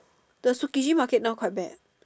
the Tsukiji market now quite bad